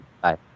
Bye